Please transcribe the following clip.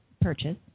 purchase